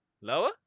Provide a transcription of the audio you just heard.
Lower